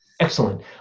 Excellent